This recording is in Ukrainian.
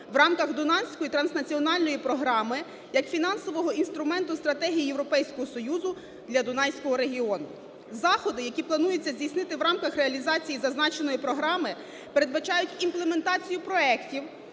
в рамках Дунайської транснаціональної програми як фінансового інструменту стратегії Європейського Союзу для Дунайського регіону. Заходи, які плануються здійснити в рамках реалізації зазначеної програми, передбачають імплементацію проектів